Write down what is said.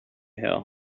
hill